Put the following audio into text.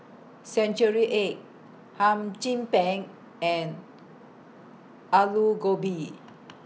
Century Egg Hum Chim Peng and Aloo Gobi